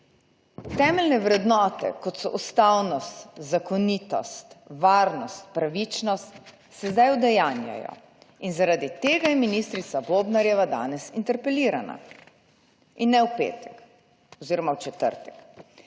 Temeljne vrednote, kot so ustavnost, zakonitost, varnost, pravičnost, se zdaj udejanjajo. In zaradi tega je ministrica Bobnarjeva danes interpelirana, in ne v petek oziroma v četrtek,